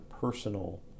personal